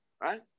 Right